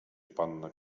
panna